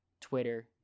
Twitter